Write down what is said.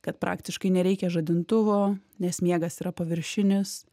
kad praktiškai nereikia žadintuvo nes miegas yra paviršinis